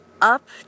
up